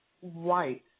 White